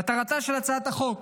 מטרתה של הצעת החוק